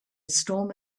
storm